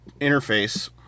interface